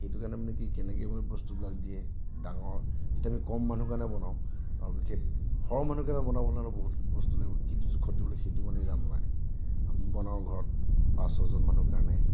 সেইটো কাৰণে মানে কি কেনেকে মানে বস্তুবিলাক দিয়ে ডাঙৰ যেতিয়া আমি কম মানুহৰ কাৰণে বনাওঁ আৰু বিশেষ সৰহ মানুহৰ কাৰণে বনাবলে হ'লে বহুত বস্তু লাগিব কিটো জোখত দিবলে সেইটো মানে জানা নাই আমি বনাওঁ ঘৰত পাঁচ ছজনমানৰ কাৰণেহে